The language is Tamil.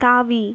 தாவி